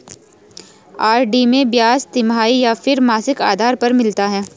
RD में ब्याज तिमाही या फिर मासिक आधार पर मिलता है?